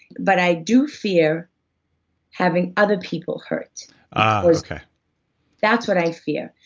but i do fear having other people hurt ah, okay that's what i fear.